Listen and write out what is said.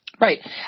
Right